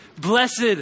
blessed